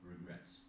regrets